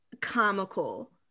Comical